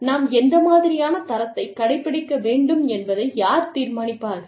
நாம் எந்த மாதிரியான தரத்தை கடைப்பிடிக்க வேண்டும் என்பதை யார் தீர்மானிப்பார்கள்